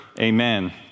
amen